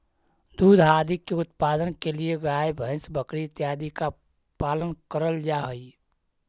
दुग्ध आदि के उत्पादन के लिए गाय भैंस बकरी इत्यादि का पालन करल जा हई